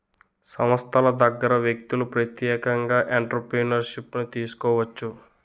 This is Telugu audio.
సంస్థల దగ్గర వ్యక్తులు ప్రత్యేకంగా ఎంటర్ప్రిన్యూర్షిప్ను తీసుకోవచ్చు